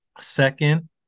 second